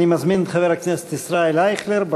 אני מזמין את חבר הכנסת ישראל אייכלר,